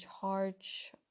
charge